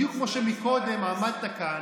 בדיוק כמו שקודם עמדת כאן,